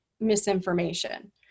misinformation